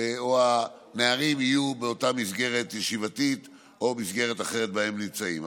או הנערים יהיו באותה מסגרת ישיבתית או במסגרת האחרת שבה הם נמצאים.